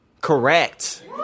correct